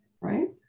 right